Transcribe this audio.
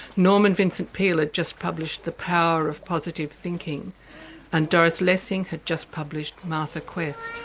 norman vincent peal had just published the power of positive thinking and doris lessing had just published martha quest.